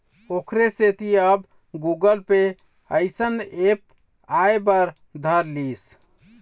ओखरे सेती अब गुगल पे अइसन ऐप आय बर धर लिस